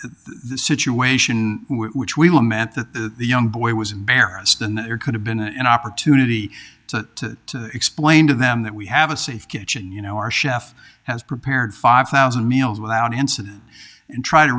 the situation in which we lament that the young boy was embarrassed and there could have been an opportunity to explain to them that we have a safe kitchen you know our chef has prepared five thousand meals without incident and try to